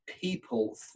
people